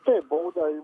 taip baudą